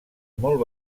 molt